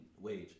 wage